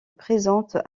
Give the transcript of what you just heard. présente